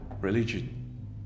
religion